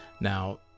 Now